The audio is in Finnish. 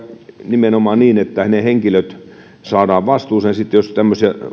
nimenomaan niin että ne henkilöt saadaan vastuuseen sitten jos tämmöisiä